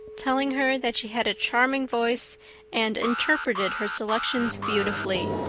telling her that she had a charming voice and interpreted her selections beautifully.